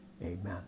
amen